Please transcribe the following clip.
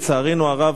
לצערנו הרב,